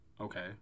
okay